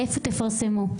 איפה תפרסמו,